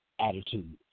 attitude